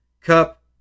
Cup